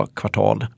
kvartal